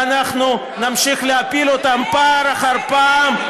ואנחנו נמשיך להפיל אתכם פעם אחר פעם,